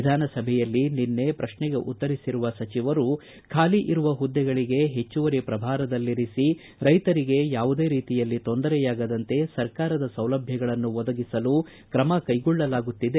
ವಿಧಾನಸಭೆಯಲ್ಲಿ ನಿನ್ನೆ ಪ್ರಶ್ನೆಗೆ ಉತ್ತರಿಸಿರುವ ಸಚಿವರು ಖಾಲಿ ಇರುವ ಹುದ್ದೆಗಳಿಗೆ ಹೆಚ್ಚುವರಿ ಪ್ರಭಾರದಲ್ಲಿರಿಸಿ ರೈತರಿಗೆ ಯಾವುದೇ ರೀತಿಯಲ್ಲಿ ತೊಂದರೆಯಾಗದಂತೆ ಸರ್ಕಾರದ ಸೌಲಭ್ದಗಳನ್ನು ಒದಗಿಸಲು ಕ್ರಮಕೈಗೊಳ್ಳಲಾಗುತ್ತಿದೆ